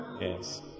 yes